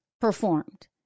performed